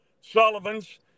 Sullivan's